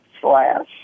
slash